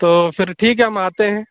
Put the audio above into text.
تو پھر ٹھیک ہے ہم آتے ہیں